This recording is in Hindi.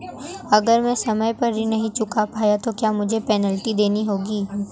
अगर मैं समय पर ऋण नहीं चुका पाया तो क्या मुझे पेनल्टी देनी होगी?